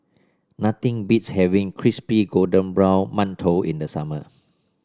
nothing beats having Crispy Golden Brown Mantou in the summer